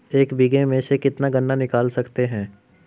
एक बीघे में से कितना गन्ना निकाल सकते हैं?